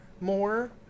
more